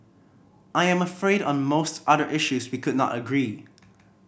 I am afraid on most other issues we could not agree